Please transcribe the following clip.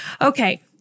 Okay